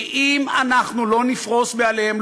כי אם אנחנו לא נפרוס מעליהם,